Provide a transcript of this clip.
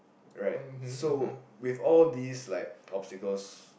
right so with all these like obstacles